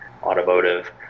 automotive